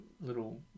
little